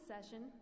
session